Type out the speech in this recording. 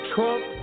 Trump